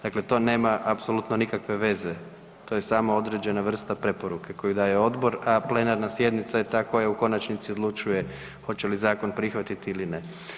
Dakle, to nema apsolutno nikakve veze, to je samo određena vrsta preporuke koju daje odbor, a plenarna sjednica je ta koja u konačnici odlučuje hoće li zakon prihvatiti ili ne.